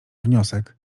wniosek